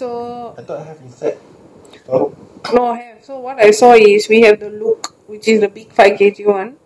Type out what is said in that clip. no have so what I saw is we have the look which is a bit quite one heavy one